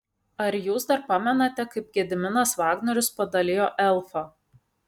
ar jūs dar pamenate kaip gediminas vagnorius padalijo elfą